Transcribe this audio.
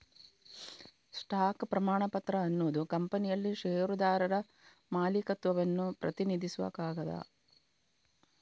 stock ಪ್ರಮಾಣಪತ್ರ ಅನ್ನುದು ಕಂಪನಿಯಲ್ಲಿ ಷೇರುದಾರರ ಮಾಲೀಕತ್ವವನ್ನ ಪ್ರತಿನಿಧಿಸುವ ಕಾಗದ